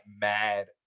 mad